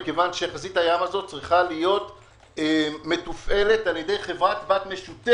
כי חזית הים הזו צריכה להיות מתופעלת על ידי חברת בת משותפת